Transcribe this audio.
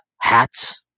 hats